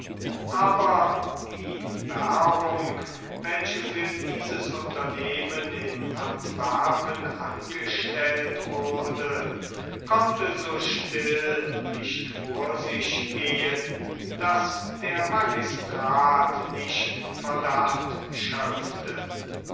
aber die werbung welche für dieses unternehmen in antwerpen angestellt wurde konnte so still nicht vor sich gehen daß der magistrat nicht verdacht schöpfte